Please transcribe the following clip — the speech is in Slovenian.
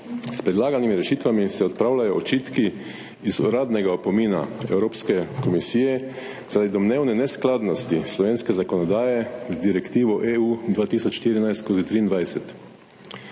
S predlaganimi rešitvami se odpravljajo očitki iz uradnega opomina Evropske komisije zaradi domnevne neskladnosti slovenske zakonodaje z Direktivo EU 2014/23.